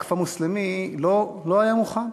הווקף המוסלמי לא היה מוכן,